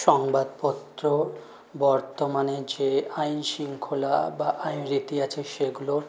সংবাদপত্র বর্তমানে যে আইন শৃঙ্খলা বা আইন রীতি আছে সেগুলোর